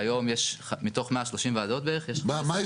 כיום מתוך 130 ועדות בערך יש --- מה